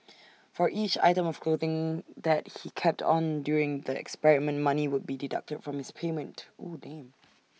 for each item of clothing that he kept on during the experiment money would be deducted from his payment